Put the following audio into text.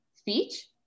speech